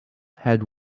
had